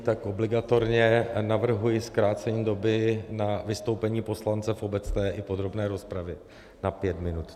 Tak obligatorně navrhuji zkrácení doby na vystoupení poslance v obecné i podrobné rozpravě na pět minut.